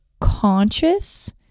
conscious